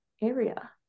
area